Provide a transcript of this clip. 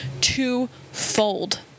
twofold